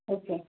okay